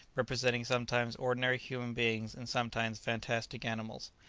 representing sometimes ordinary human beings and sometimes fantastic animals.